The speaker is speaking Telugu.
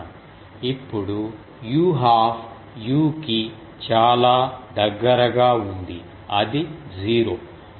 ఇప్పుడు u 1 2 u కి చాలా దగ్గరగా ఉంది అది 0